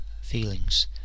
feelings